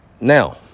Now